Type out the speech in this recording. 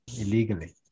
illegally